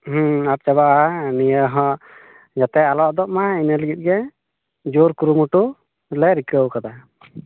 ᱟᱫ ᱪᱟᱵᱟᱜᱼᱟ ᱱᱤᱭᱟᱹ ᱦᱚᱸ ᱡᱟᱛᱮ ᱟᱞᱚ ᱫᱚᱜ ᱢᱟ ᱤᱱᱟᱹ ᱞᱟᱹᱜᱤᱫ ᱜᱮ ᱡᱚᱨ ᱠᱩᱨᱩᱢᱩᱴᱩ ᱞᱮ ᱨᱤᱠᱟᱹᱣ ᱠᱟᱫᱟ